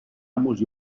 amos